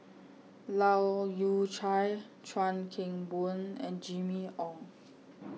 Leu Yew Chye Chuan Keng Boon and Jimmy Ong